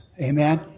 Amen